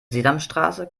sesamstraße